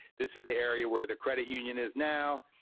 this is the area where the credit union is now,